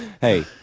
Hey